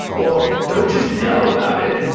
well, don't just yell about it,